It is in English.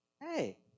hey